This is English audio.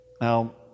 Now